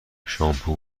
شامپو